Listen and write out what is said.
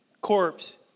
corpse